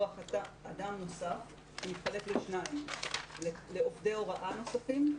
כוח אדם נוסף שמתחלק לשניים לעובדי הוראה נוספים,